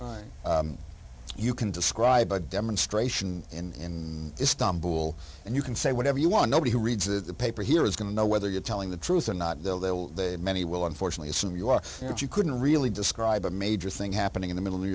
you can describe a demonstration in istanbul and you can say whatever you want nobody who reads the paper here is going to know whether you're telling the truth or not they'll many will unfortunately assume you are and you couldn't really describe a major thing happening in the middle new